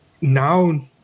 now